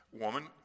woman